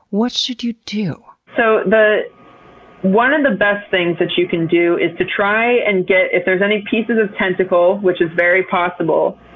what should you do? so one of the best things that you can do, is to try and get. if there's any pieces of tentacles, which is very possible,